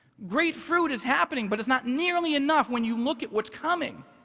great fruit is happening, but it's not nearly enough when you look at what's coming.